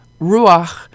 ruach